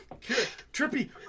Trippy